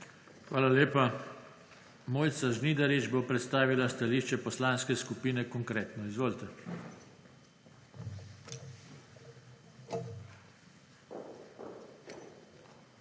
Hvala lepa. Mojca Žnidarič bo predstavila stališča Poslanske skupine Konkretno. Izvolite.